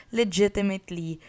legitimately